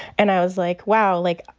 and i was like, wow. like,